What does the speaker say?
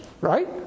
right